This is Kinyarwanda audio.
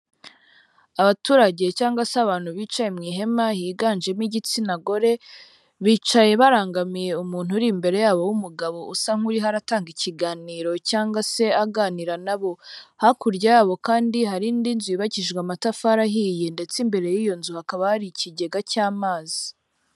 Abaturage cyangwa se abantu bicaye mu ihema higanjemo igitsina gore bicaye barangamiye umuntu uri imbere yabo w'umugabo, usa nk'uriho aratanga ikiganiro cyangwa se aganira nabo, hakurya yabo kandi hari indi nzu yubakishijwe amatafari ahiye ndetse imbere y'iyo nzu hakaba hari ikigega cy'amazi.